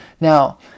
Now